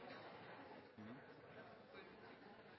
januar